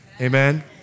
Amen